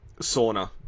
sauna